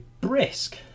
brisk